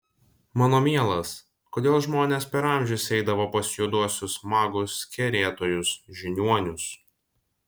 mano mielas kodėl žmonės per amžius eidavo pas juoduosius magus kerėtojus žiniuonius